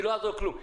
כי לא יעזור כלום.